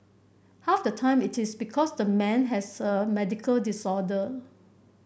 half the time it is because the man has a medical disorder